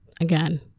again